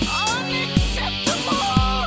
unacceptable